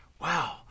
Wow